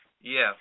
Yes